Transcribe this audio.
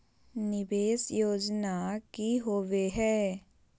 निवेस योजना की होवे है?